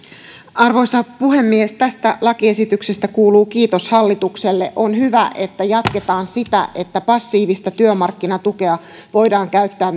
arvoisa puhemies tästä lakiesityksestä kuuluu kiitos hallitukselle on hyvä että jatketaan sitä että passiivista työmarkkinatukea voidaan käyttää